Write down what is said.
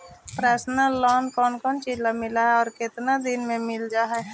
Personal loan कोन कोन चिज ल मिल है और केतना दिन में मिल जा है?